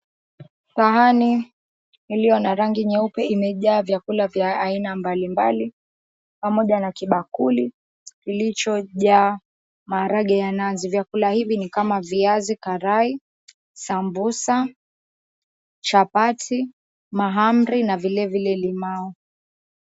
Sahani iliyo na rangi nyeupe imejaa vyakula vya aina mbalimbali pamoja na kibakuli kilichojaa maharagwe ya nazi. Vyakula hivi ni kama viazi karai, sambusa, chapati, mahamri na vilevile limau.